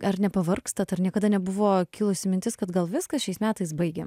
ar nepavargstat ar niekada nebuvo kilusi mintis kad gal viskas šiais metais baigiam